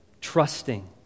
trusting